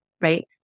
right